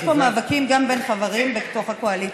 יש פה מאבקים גם בין חברים בתוך הקואליציה,